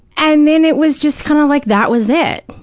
and then it was just kind of like that was it.